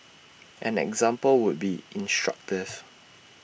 an example would be instructive